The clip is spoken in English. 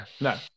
No